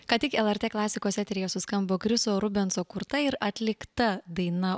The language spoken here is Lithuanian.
ką tik lrt klasikos eteryje suskambo kriso rubenso kurta ir atlikta daina